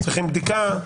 צריכים בדיקה?